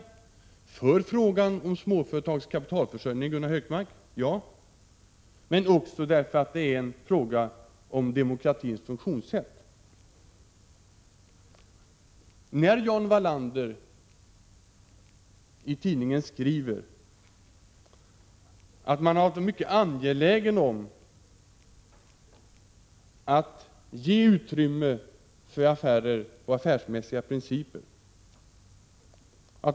Dels, Gunnar Hökmark, när det gäller småföretagens kapitalförsörjning, dels också därför att den berör demokratins funktionssätt. Jan Wallander skriver i tidningen att man inom näringslivet alltid varit mycket angelägen om att ge utrymme för affärer enligt affärsmässiga principer.